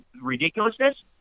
ridiculousness